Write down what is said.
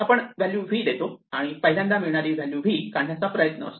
आपण value v देतो आणि पहिल्यांदा मिळणारी व्हॅल्यू v काढण्याचा प्रयत्न असतो